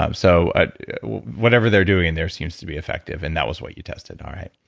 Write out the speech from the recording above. um so ah whatever they're doing there seems to be effective and that was what you tested, all right.